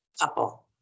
couple